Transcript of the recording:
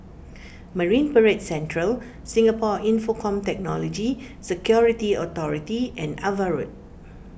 Marine Parade Central Singapore Infocomm Technology Security Authority and Ava Road